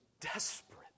desperate